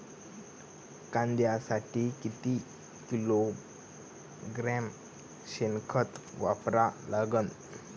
कांद्यासाठी किती किलोग्रॅम शेनखत वापरा लागन?